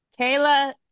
Kayla